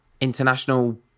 international